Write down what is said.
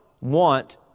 want